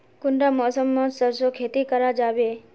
कुंडा मौसम मोत सरसों खेती करा जाबे?